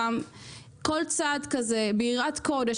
כל צעד כזה ביראת קודש,